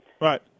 Right